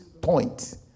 point